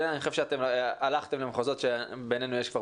אני חושב שהלכתם למחוזות שבינינו יש כבר